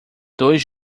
dois